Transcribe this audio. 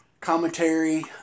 commentary